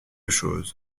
chose